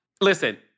listen